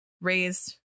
raised